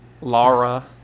Laura